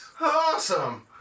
Awesome